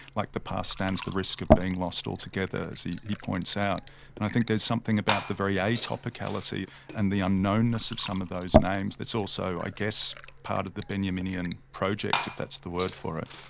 like the past stands the risk of being lost altogether, as he he points out. and i think there's something about the very atopicality and the unknown-ness of some of those names, that's also, i guess, part of the benjaminian project, if that's the word for it.